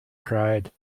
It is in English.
cried